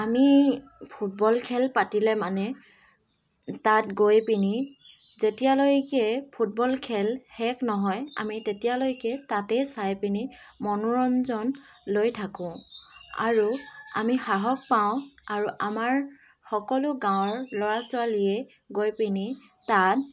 আমি ফুটবল খেল পাতিলে মানে তাত গৈ পিনি যেতিয়ালৈকে ফুটবল খেল শেষ নহয় আমি তেতিয়ালৈকে তাতেই চাই পিনি মনোৰঞ্জন লৈ থাকোঁ আৰু আমি সাহস পাওঁ আৰু আমাৰ সকলো গাঁৱৰ ল'ৰা ছোৱালীয়ে গৈ পিনি তাত